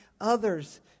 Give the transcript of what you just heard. others